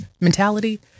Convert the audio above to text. mentality